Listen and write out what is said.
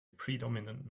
predominant